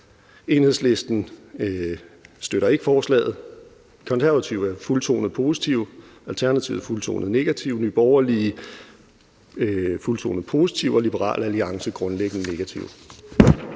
Enhedslisten støtter ikke forslaget. Konservative er fuldtonet positive. Alternativet er fuldtonet negative. Nye Borgerlige er fuldtonet positive. Og Liberal Alliance er grundlæggende negative.